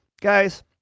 guys